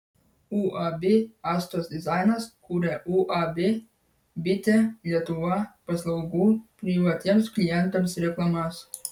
uab astos dizainas kuria uab bitė lietuva paslaugų privatiems klientams reklamas